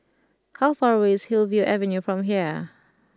how far away is Hillview Avenue from here